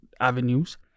avenues